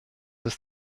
ist